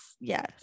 Yes